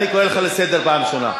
אני קורא אותך לסדר פעם ראשונה.